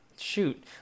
shoot